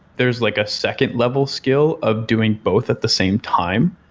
there is like a second level skill of doing both at the same time.